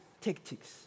tactics